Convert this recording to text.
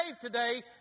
today